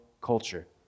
culture